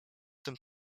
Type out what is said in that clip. tym